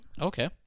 Okay